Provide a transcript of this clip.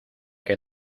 que